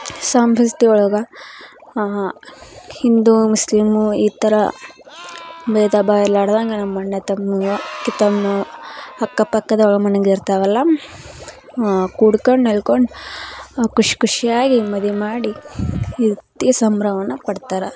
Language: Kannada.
ಒಳಗೆ ಹಿಂದೂ ಮುಸ್ಲಿಮ ಈ ಥರ ಭೇದ ಬಾ ಇರ್ಲಾರ್ದಂಗ ನಮ್ಮ ಅಣ್ಣ ತಮ್ಮಗ ಅಕ್ಕಪಕ್ಕದವರ ಮನೆಗೆ ಇರ್ತವಲ್ಲ ಕೂಡ್ಕಂಡು ನೆಲ್ಕೊಂಡು ಖುಷಿ ಖುಷಿಯಾಗಿ ಮದಿ ಮಾಡಿ ಈ ರೀತಿ ಸಂಭ್ರಮವನ್ನು ಪಡ್ತಾರ